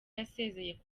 yasezeye